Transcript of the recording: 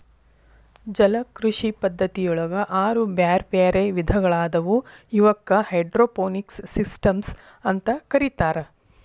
ಜಲಕೃಷಿ ಪದ್ಧತಿಯೊಳಗ ಆರು ಬ್ಯಾರ್ಬ್ಯಾರೇ ವಿಧಗಳಾದವು ಇವಕ್ಕ ಹೈಡ್ರೋಪೋನಿಕ್ಸ್ ಸಿಸ್ಟಮ್ಸ್ ಅಂತ ಕರೇತಾರ